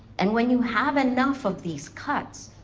and when you have enough of these cuts,